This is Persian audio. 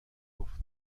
گفت